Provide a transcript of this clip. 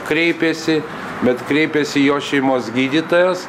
kreipiasi bet kreipiasi jo šeimos gydytojas